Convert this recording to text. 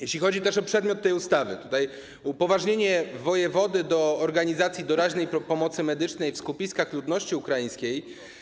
Jeśli chodzi też o przedmiot tej ustawy, jest upoważnienie wojewody do organizacji doraźnej pomocy medycznej w skupiskach ludności ukraińskiej.